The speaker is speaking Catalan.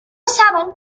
saben